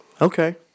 Okay